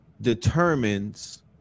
determines